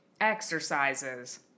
exercises